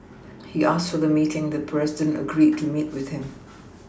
he asked for the meeting the president agreed to meet with him